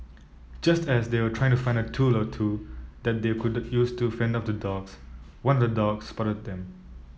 just as they were trying to find a tool or two that they could use to fend off the dogs one of the dogs spotted them